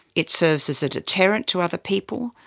it serves as a deterrent to other people.